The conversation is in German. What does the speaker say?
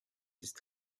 ist